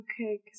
Okay